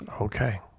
Okay